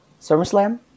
SummerSlam